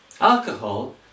Alcohol